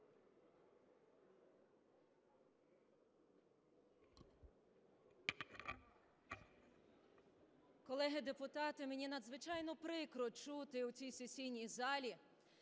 Колеги-депутати, мені надзвичайно прикро чути у цій сесійній залі